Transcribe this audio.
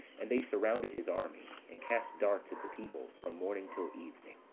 and they surrounded his army, and cast darts at the people from morning till evening.